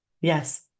yes